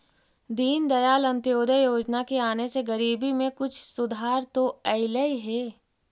दीनदयाल अंत्योदय योजना के आने से गरीबी में कुछ सुधार तो अईलई हे